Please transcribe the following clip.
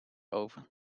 oven